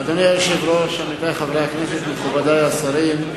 אדוני היושב-ראש, עמיתי חברי הכנסת, מכובדי השרים,